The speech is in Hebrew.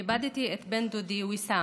איבדתי את בן דודי ויסאם,